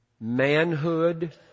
manhood